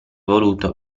voluto